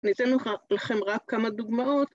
‫ניתן לך, לכם, רק כמה דוגמאות.